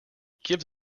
gives